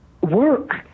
work